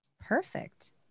Perfect